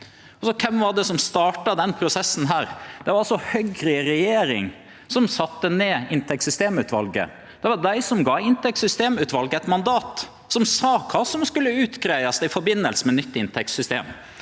Kven var det som starta denne prosessen? Det var Høgre i regjering som sette ned inntektssystemutvalet. Det var dei som gav inntektssystemutvalet eit mandat som sa kva som skulle verte greidd ut i samband med nytt inntektssystem.